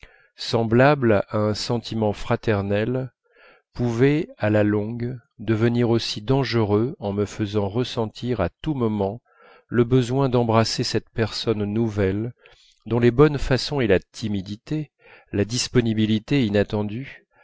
semblable à un sentiment fraternel pouvait à la longue devenir aussi dangereux en me faisant ressentir à tout moment le besoin d'embrasser cette personne nouvelle dont les bonnes façons et la timidité la disponibilité inattendue